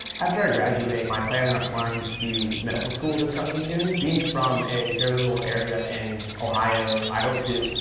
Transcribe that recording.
after i graduate, i plan on applying to medical school this coming june. being from a very rural area in ohio, i hope to,